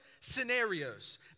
scenarios